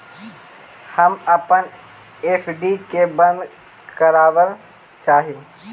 हम अपन एफ.डी के बंद करावल चाह ही